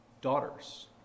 daughters